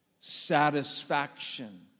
satisfaction